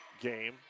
game